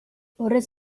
horrez